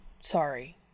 Sorry